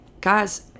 guys